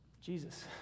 Jesus